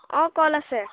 অঁ কল আছে